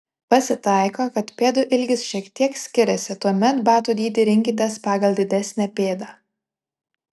pasitaiko kad pėdų ilgis šiek tiek skiriasi tuomet batų dydį rinkitės pagal didesnę pėdą